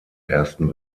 ersten